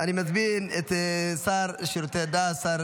אני מזמין את השר לשירותי דת, השר